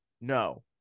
No